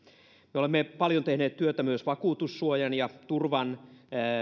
me olemme paljon tehneet työtä myös vakuutussuojan ja turvan